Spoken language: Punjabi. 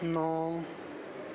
ਨੌਂ